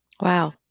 Wow